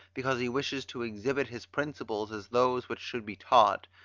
because he wishes to exhibit his principles as those which should be taught,